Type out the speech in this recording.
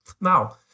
Now